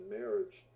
marriage